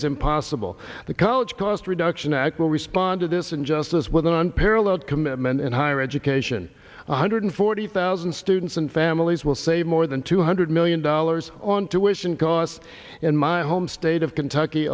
is impossible the college cost reduction act will respond to this injustice with an unparalleled commitment in higher education one hundred forty thousand students and families will save more than two hundred million dollars on tuitions costs in my home state out of kentucky